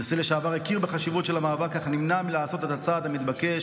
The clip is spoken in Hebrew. הנשיא לשעבר הכיר בחשיבות של המאבק אך נמנע מלעשות את הצעד המתבקש